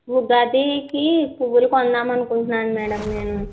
ఉగాదికి పువ్వులు కొందాం అనుకుంటున్నాను మేడం నేను